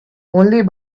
only